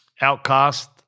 Outcast